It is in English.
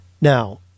Now